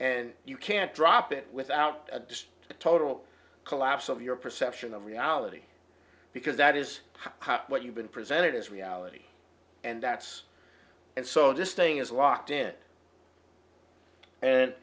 and you can't drop it without a distant total collapse of your perception of reality because that is what you've been presented as reality and that's and so this thing is locked in